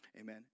Amen